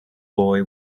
boy